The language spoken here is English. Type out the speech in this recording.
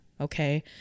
okay